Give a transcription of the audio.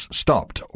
stopped